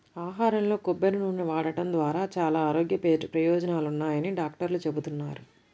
ఆహారంలో కొబ్బరి నూనె వాడటం ద్వారా చాలా ఆరోగ్య ప్రయోజనాలున్నాయని డాక్టర్లు చెబుతున్నారు